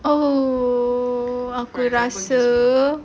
oh aku rasa